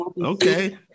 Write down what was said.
Okay